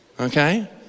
Okay